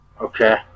Okay